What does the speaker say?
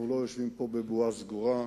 אנחנו לא יושבים פה בבועה סגורה.